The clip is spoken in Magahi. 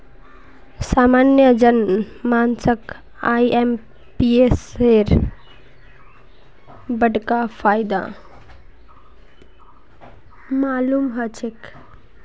सामान्य जन मानसक आईएमपीएसेर बडका फायदा मालूम ह छेक